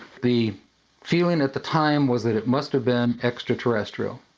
the feeling at the time was that it must have been extra-terrestial.